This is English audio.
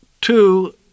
two